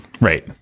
Right